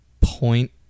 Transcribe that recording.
point